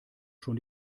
schon